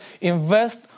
invest